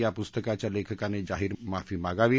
या पुस्तकाच्या लेखकानं जाहीर माफी मागावी